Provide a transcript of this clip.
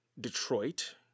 Detroit